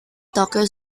tokyo